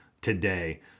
today